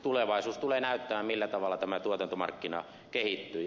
tulevaisuus tulee näyttämään millä tavalla tämä tuotantomarkkina kehittyy